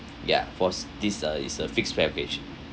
ya for this uh is a fixed package